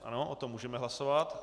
Ano, o tom můžeme hlasovat.